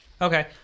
Okay